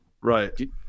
right